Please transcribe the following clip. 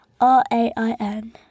R-A-I-N